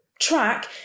track